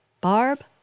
Barb